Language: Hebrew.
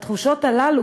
בתחושות הללו,